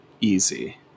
easy